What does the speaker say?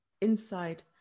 Inside